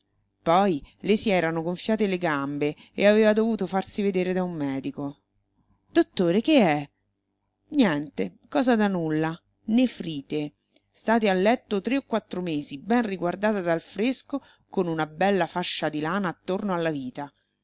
poi le si erano gonfiate le gambe e aveva dovuto farsi vedere da un medico dottore che è niente cosa da nulla nefrite state a letto tre o quattro mesi ben riguardata dal fresco con una bella fascia di lana attorno alla vita